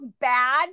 bad